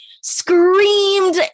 screamed